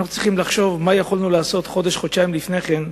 אנחנו צריכים לחשוב מה יכולנו לעשות חודש-חודשיים לפני כן,